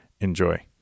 Enjoy